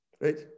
right